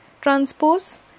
transpose